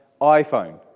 iPhone